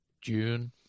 June